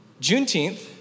Juneteenth